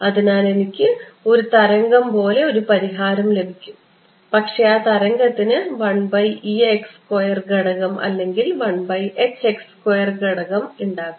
അതിനാൽ എനിക്ക് ഒരു തരംഗം പോലെ ഒരു പരിഹാരം ലഭിക്കും പക്ഷേ ആ തരംഗത്തിന് ഘടകം അല്ലെങ്കിൽ എന്ന ഘടകം ഉണ്ടാകും